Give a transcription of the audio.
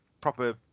proper